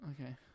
okay